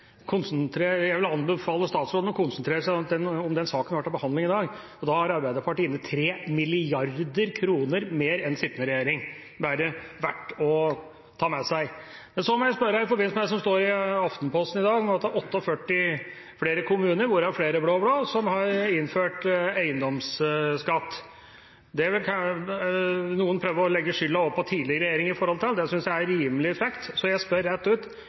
penger. Jeg konstaterer at statsråden må være på desperat jakt etter dårlige argumenter. Jeg vil anbefale statsråden å konsentrere seg om den saken vi har til behandling i dag, og da har Arbeiderpartiet inne 3 mrd. kr mer enn sittende regjering – bare verdt å ta med seg. Men så må jeg spørre i forbindelse med det som står i Aftenposten i dag, at det er 48 flere kommuner, hvorav flere blå-blå, som har innført eiendomsskatt. Noen prøver å legge skylda på tidligere regjeringer, det syns jeg er rimelig frekt, så jeg spør rett ut: